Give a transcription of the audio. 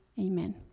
amen